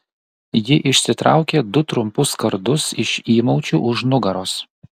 ji išsitraukė du trumpus kardus iš įmaučių už nugaros